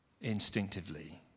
instinctively